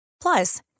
Plus